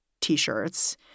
t-shirts